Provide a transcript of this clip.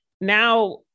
Now